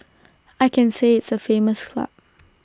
I can say it's A famous club